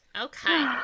Okay